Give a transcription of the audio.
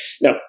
Now